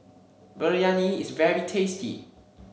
Biryani is very tasty